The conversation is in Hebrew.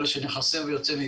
אלו שנכנסים ויוצאים,